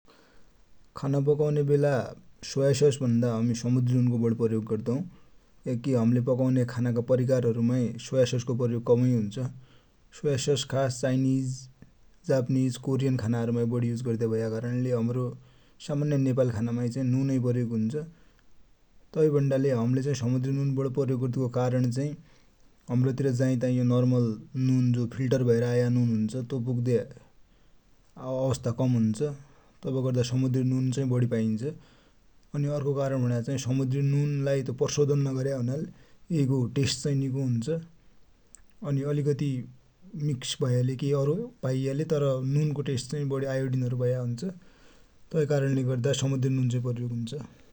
खाना पकौने बेला सोया सस भन्दा समुन्द्रि नुन को प्रयोग बडी गर्दौ, क्या कि हमिले पकौने खाना को परिकार हरु माइ सोया सस को प्रयोग कमै हुन्छ। सोया सस खास चाइनिज, जाप्निज, कोरियन खाना हरु मा बडी युज गर्द्या भया, कारण ले हमरो सामान्य नेपाली खानामाइ चाइ नुन प्रयोग हुन्छ। तै भन्दा ले हमिले समुन्द्रि नुन बडी प्रयोग गर्दु को कारण चाइ हम्रो तिर जाइ ताइ यो नर्मल नुन फिल्टर भैएर आया नुन हुन्छ, त्यो पुग्ने अवस्था कम हुन्छ तब गर्दा समुन्द्रि नुन चाइ बडी पाइन्छ। अनि अर्को कारण भनेको चाइ समुन्द्रि नुन लाइ प्रसोधन नगरेको हुनाले यै को टेस्ट चाइ निको हुन्छ, अनि अलिकति मिक्स भयाले केइ और पाइयाले नुन को टेस्ट चाइ बडी आयोडीन भया हुन्छ। तै कारण ले गर्दा समुन्द्रि नुन को प्रयोग हुन्छ ।